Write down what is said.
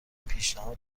پیشنهاد